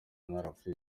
narapfuye